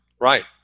right